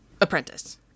Apprentice